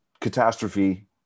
catastrophe